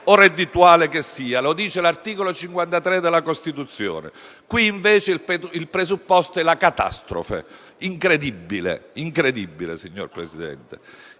o reddituale che sia, lo dice l'articolo 53 della Costituzione. Qui invece il presupposto è la catastrofe naturale. È incredibile, signor Presidente.